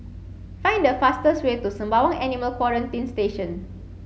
find the fastest way to Sembawang Animal Quarantine Station